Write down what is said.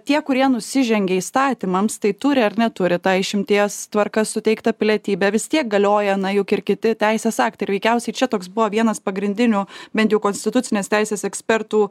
tie kurie nusižengė įstatymams tai turi ar neturi tą išimties tvarka suteiktą pilietybę vis tiek galioja na juk ir kiti teisės aktai ir veikiausiai čia toks buvo vienas pagrindinių bent jau konstitucinės teisės ekspertų